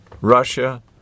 Russia